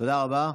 תודה רבה.